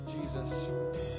jesus